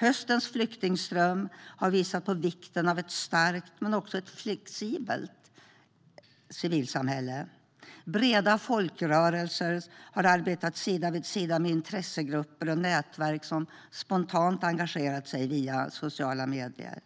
Höstens flyktingström har visat på vikten av ett starkt men också flexibelt civilsamhälle. Breda folkrörelser har arbetat sida vid sida med intressegrupper och nätverk som spontant engagerat sig via sociala medier.